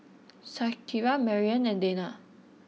Shakira Marianne and Deana